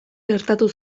gertatu